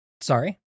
Sorry